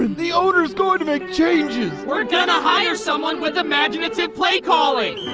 the owner's going to make changes! we are going to hire someone with imaginative play-calling!